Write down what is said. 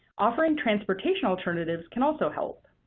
offering transportation alternatives can also help.